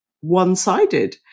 one-sided